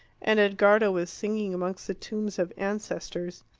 and edgardo was singing amongst the tombs of ancestors.